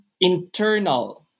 internal